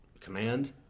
command